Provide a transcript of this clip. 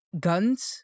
guns